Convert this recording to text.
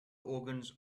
organs